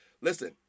Listen